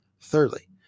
Thirdly